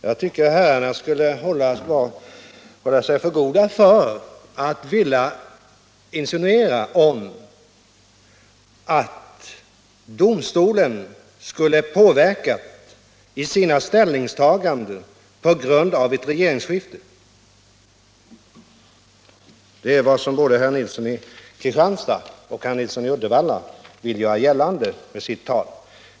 Jag tycker att herrarna borde hålla sig för goda för att vilja insinuera att försäkringsdomstolen i sina ställningstaganden skulle påverkas av ett regeringsskifte. Det är vad både herr Nilsson i Kristianstad och herr Nilsson i Uddevalla vill göra gällande med sitt tal.